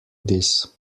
this